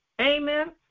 Amen